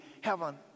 heaven